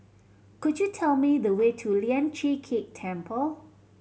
could you tell me the way to Lian Chee Kek Temple